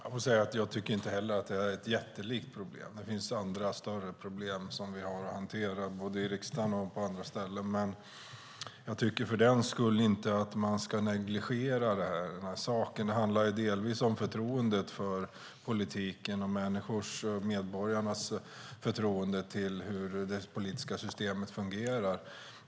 Herr talman! Jag tycker inte heller att det är ett jättelikt problem. Det finns andra större problem som vi har att hantera både i riksdagen och på andra ställen. Men jag tycker för den skull inte att man ska negligera den här saken. Det handlar delvis om förtroendet för politiken och medborgarnas förtroende för hur det politiska systemet fungerar.